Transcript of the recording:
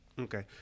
Okay